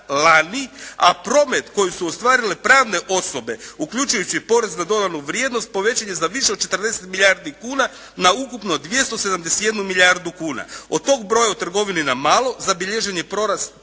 a promet koje su ostvarile pravne osobe uključujući i porez na dodanu vrijednost povećan je za više od 40 milijardi kuna na ukupno 271 milijardu kuna. Od tog broja u trgovini na malo zabilježen je porast